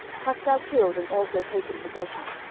hast thou killed, and also taken possession?